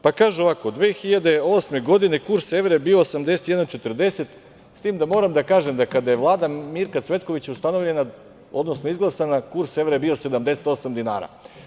Pa kaže ovako, 2008. godine kurs evra je bio 81,40, s tim da moram da kažem da kada je Vlada Mirka Cvetkovića izglasana kurs evra je bio 78 dinara.